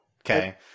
Okay